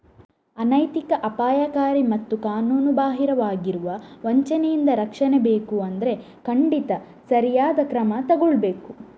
ಅನೈತಿಕ, ಅಪಾಯಕಾರಿ ಮತ್ತು ಕಾನೂನುಬಾಹಿರವಾಗಿರುವ ವಂಚನೆಯಿಂದ ರಕ್ಷಣೆ ಬೇಕು ಅಂದ್ರೆ ಖಂಡಿತ ಸರಿಯಾದ ಕ್ರಮ ತಗೊಳ್ಬೇಕು